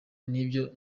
nibyo